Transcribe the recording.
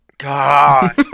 god